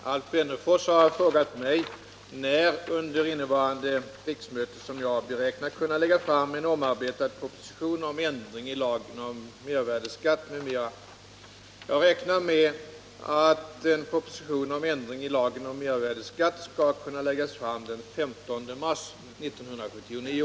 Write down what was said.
Herr talman! Alf Wennerfors har frågat mig när under innevarande riksmöte som jag beräknar kunna lägga fram en omarbetad proposition om ändring i lagen om mervärdeskatt m.m. Jag räknar med att en proposition om ändring i lagen om mervärdeskatt skall kunna läggas fram den 15 mars 1979.